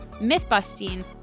myth-busting